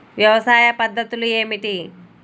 వ్యవసాయ పద్ధతులు ఏమిటి?